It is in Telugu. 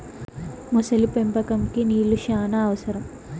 మొసలి పెంపకంకి నీళ్లు శ్యానా అవసరం